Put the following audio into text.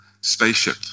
spaceship